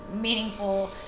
meaningful